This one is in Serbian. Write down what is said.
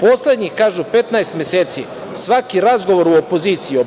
poslednjih 15 meseci svaki razgovor u opoziciji